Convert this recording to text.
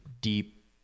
deep